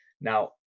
now